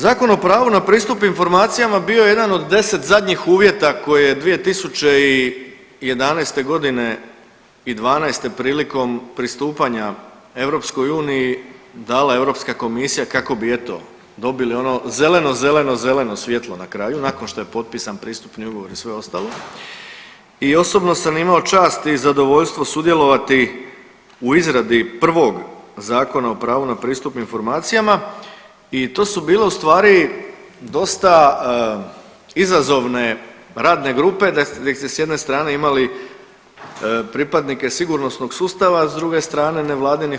Zakon o pravu na pristup informacijama bio je jedan od deset zadnjih uvjeta koje je 2011.g. i '12. prilikom pristupanja EU dala Europska komisija kako bi eto dobili ono zeleno, zeleno, zeleno svjetlo na kraju nakon što je potpisan pristupni ugovor i sve ostalo i osobno sam imao čast i zadovoljstvo sudjelovati u izradi prvog Zakona o pravu na pristup informacijama i to su bile ustvari dosta izazovne radne grupe da ste s jedne strane imali pripadnike sigurnosnog sustava, a s druge strane nevladinih